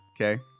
okay